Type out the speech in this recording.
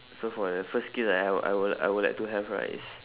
so for the first skill that I would I would I would like to have right is